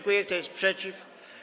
Kto jest przeciw?